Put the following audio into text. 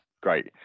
Great